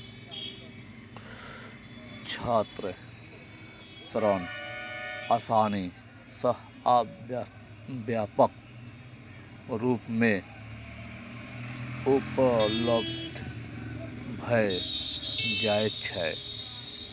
छात्र ऋण आसानी सं आ व्यापक रूप मे उपलब्ध भए जाइ छै